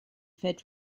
fed